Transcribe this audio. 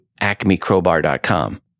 acmecrowbar.com